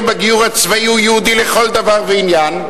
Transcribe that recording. בגיור הצבאי הוא יהודי לכל דבר ועניין,